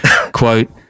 Quote